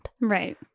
Right